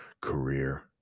career